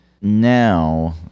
now